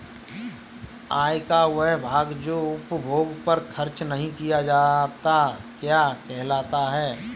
आय का वह भाग जो उपभोग पर खर्च नही किया जाता क्या कहलाता है?